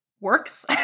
works